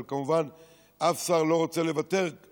אבל כמובן אף שר לא רוצה לבטל,